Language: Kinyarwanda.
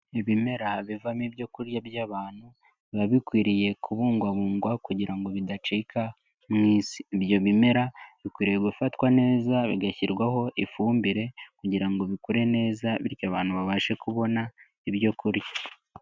Ibimera bivamo ibyo kurya by'abantu, biba bikwiriye kubungwabungwa kugira ngo bidacika mu isi. Ibyo bimera bikwiriye gufatwa neza, bigashyirwaho ifumbire kugira ngo bikure neza bityo abantu babashe kubona ibyo kurya.